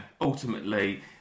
ultimately